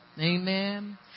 Amen